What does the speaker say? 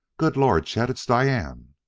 good lord, chet, it's diane!